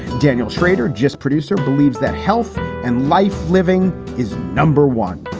daniel shrader, just producer, believes that health and life living is number one.